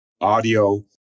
audio